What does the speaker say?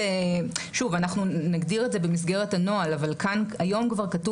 שוב אנחנו נגדיר את זה במסגרת הנוהל אבל כאן היום כבר כתוב